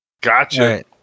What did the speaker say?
Gotcha